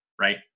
right